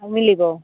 ଆ ମିଳିବ